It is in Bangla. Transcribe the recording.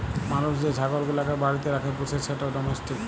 মালুস যে ছাগল গুলাকে বাড়িতে রাখ্যে পুষে সেট ডোমেস্টিক